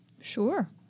Sure